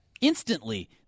instantly